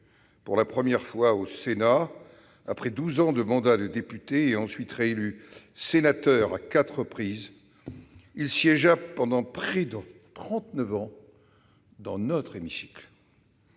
pour la première fois au Sénat en 1980, après douze ans de mandat de député, et ensuite réélu sénateur à quatre reprises, il siégea pendant près de trente-neuf ans dans notre hémicycle.